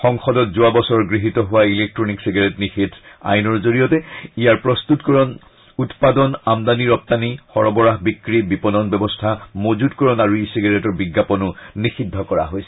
সংসদত যোৱা বছৰ গৃহীত হোৱা ইলেক্টনিক চিগাৰেট নিষেধ আইনৰ জৰিয়তে ইয়াৰ প্ৰস্ততকৰণ উৎপাদন আমদানি ৰপ্তানি সৰবৰাহ বিক্ৰী বিপনন ব্যৱস্থা মজুতকৰণ আৰু ই চিগাৰেটৰ বিজ্ঞাপন নিযিদ্ধ কৰা হৈছে